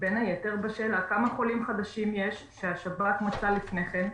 בין היתר בשאלה כמה חולים חדשים יש שהשב"כ מצא לפני כן?